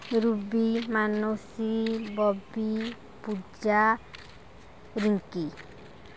Ruby Manasi Bobby Puja Ruki